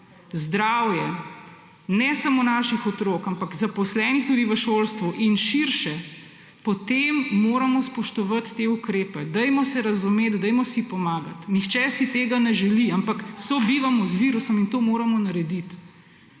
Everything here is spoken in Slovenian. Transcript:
zdravje ne samo naših otrok, ampak tudi zaposlenih v šolstvu in širše, potem moramo spoštovati te ukrepe. Dajmo se razumeti, dajmo si pomagati. Nihče si tega ne želi, ampak sobivamo z virusom, in to moramo narediti.